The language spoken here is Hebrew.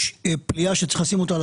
יש פליאה דמוגרפית שצריך לשים אותה על